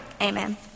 Amen